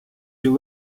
you